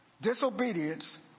disobedience